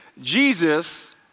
Jesus